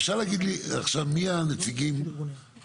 אפשר להגיד לי עכשיו מי הנציגים כרגע,